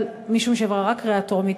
אבל משום שהיא עברה רק קריאה טרומית,